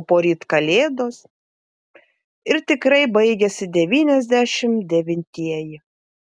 o poryt kalėdos ir tikrai baigiasi devyniasdešimt devintieji